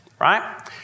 right